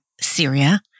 Syria